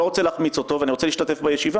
רוצה להחמיץ אותו ואני רוצה להשתתף בישיבה?